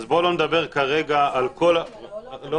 אז בואו לא נדבר כרגע על כל --- אבל זה הדיון,